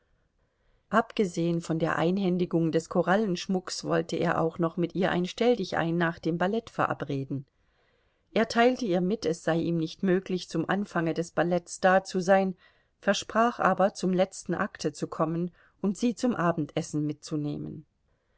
abgesehen von der einhändigung des korallenschmucks wollte er auch noch mit ihr ein stelldichein nach dem ballett verabreden er teilte ihr mit es sei ihm nicht möglich zum anfange des balletts da zu sein versprach aber zum letzten akte zu kommen und sie zum abendessen mitzunehmen